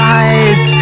eyes